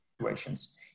situations